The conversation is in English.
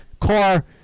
car